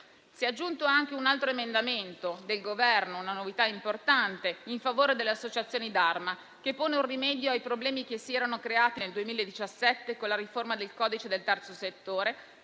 Si è aggiunto anche un altro emendamento del Governo, una novità importante, in favore delle associazioni d'Arma, che pone un rimedio ai problemi che si erano creati nel 2017 con la riforma del codice del terzo settore